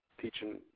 teaching